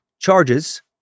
charges